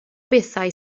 bethau